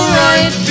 right